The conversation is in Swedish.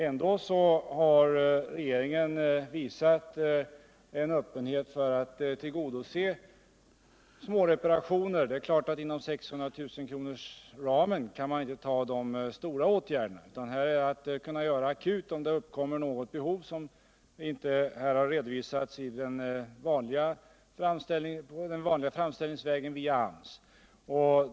Ändå har regeringen visat en Öppenhet för att tillgodose småreparationer — det är klart att man inte kan ta de stora åtgärderna inom en ram på 600 000 kr. Här gäller det att kunna ingripa. om det uppkommer något akut behov, som inte redovisats den vunliga framställningsvägen via AMS.